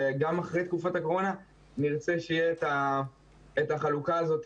שגם אחרי תקופת הקורונה נרצה שתהיה את החלוקה הזאת,